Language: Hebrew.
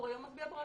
לא נגיע,